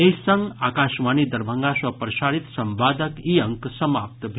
एहि संग आकाशवाणी दरभंगा सँ प्रसारित संवादक ई अंक समाप्त भेल